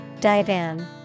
Divan